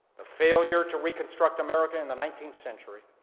the failure to reconstruct america in the nineteenth century,